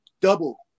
double